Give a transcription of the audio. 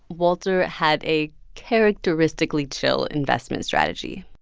walter had a characteristically chill investment strategy.